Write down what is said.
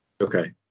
okay